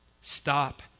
Stop